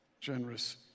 generous